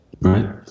right